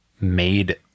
made